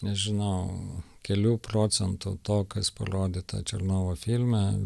nežinau kelių procentų to kas parodyta černovo filme